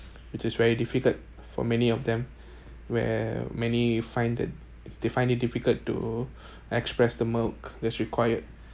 it is very difficult for many of them where many find that they find it difficult to express the milk that's required